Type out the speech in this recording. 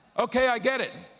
okay, i get it,